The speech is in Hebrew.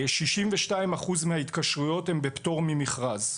62% מההתקשרויות הן בפטור ממכרז.